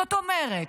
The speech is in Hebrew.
זאת אומרת,